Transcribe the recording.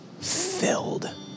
filled